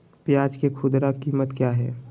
प्याज के खुदरा कीमत क्या है?